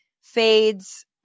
fades